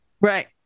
Right